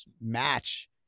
match